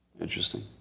Interesting